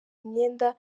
imyenda